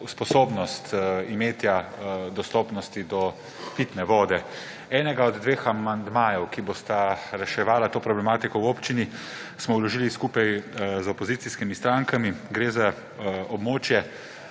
sposobnosti imeti dostopnost do pitne vode. Enega od dveh amandmajev, ki bosta reševala to problematiko v občini, smo vložili skupaj z opozicijskimi strankami. Gre za območje